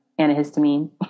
antihistamine